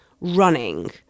running